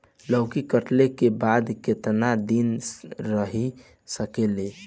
लौकी कटले के बाद केतना दिन रही सकेला?